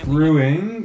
Brewing